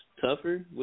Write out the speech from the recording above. tougher